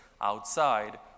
outside